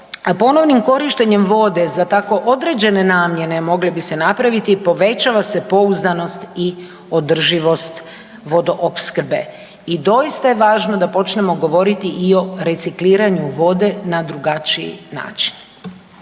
Ponovnim korištenjem vode za tako određene namjene mogle bi se napraviti povećava se pouzdanost i održivost vodoopskrbe. I doista je važno da počnemo govoriti i o recikliranju vode na drugačiji način.